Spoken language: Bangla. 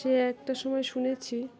সে একটা সময় শুনেছি